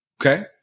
okay